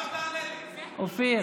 כץ,